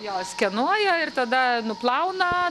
jo skenuoja ir tada nuplauna